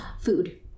food